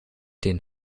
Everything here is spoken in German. den